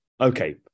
Okay